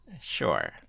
Sure